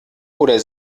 oder